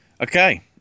Okay